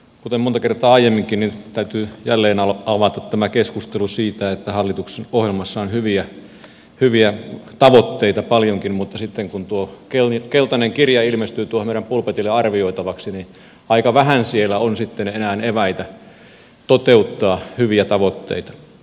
kuten monta kertaa aiemminkin täytyy jälleen avata keskustelu siitä että hallitusohjelmassa on hyviä tavoitteita paljonkin mutta sitten kun tuo keltainen kirja ilmestyy tuohon meidän pulpetille arvioitavaksi niin aika vähän siellä on sitten enää eväitä toteuttaa hyviä tavoitteita